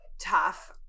tough